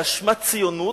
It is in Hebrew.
באשמת ציונות,